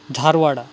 Dharwad